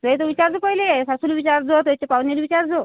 हे तू विचार तू पयले सासूला विचार जो तेच्या पावनेला विचार जो